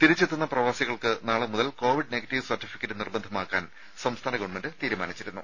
തിരിച്ചെത്തുന്ന പ്രവാസികൾക്ക് നാളെ മുതൽ കോവിഡ് നെഗറ്റീവ് സർട്ടിഫിക്കറ്റ് നിർബന്ധമാക്കാൻ സംസ്ഥാന ഗവൺമെന്റ് തീരുമാനിച്ചിരുന്നു